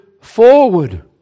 forward